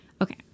Okay